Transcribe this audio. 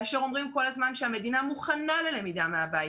כאשר אומרים כל הזמן שהמדינה מוכנה ללמידה מהבית